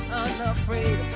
unafraid